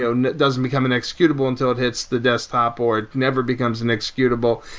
it and it doesn't become an executable until it hits the desktop or it never becomes an executable.